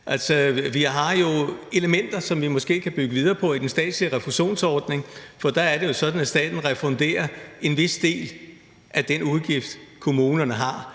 elementer, som vi måske kan bygge videre på, for der er det jo sådan, at staten refunderer en vis del af den udgift, kommunerne har,